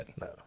No